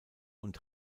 und